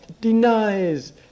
denies